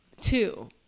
Two